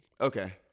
Okay